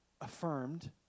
affirmed